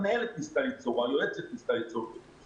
גם המגזר הכללי היה מחזיר את הילדים הגדולים שלו ללימודים.